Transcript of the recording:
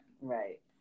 Right